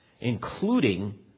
including